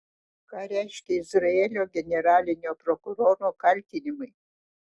ką reiškia izraelio generalinio prokuroro kaltinimai